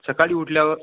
सकाळी उठल्यावर